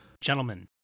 Gentlemen